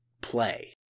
play